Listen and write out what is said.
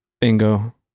Bingo